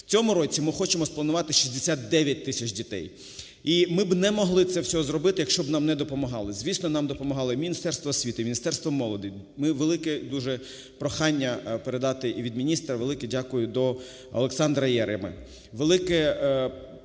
в цьому році ми хочемо спланувати 69 тисяч дітей і ми б не могли це все зробити, якщо б нам не допомагали. Звісно, нам допомагали Міністерство освіти, Міністерство молоді, велике дуже прохання передати і від міністра, велике дякую до Олександра Яреми.